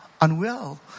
unwell